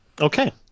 Okay